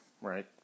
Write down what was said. right